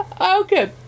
okay